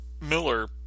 Miller